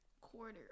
Quarter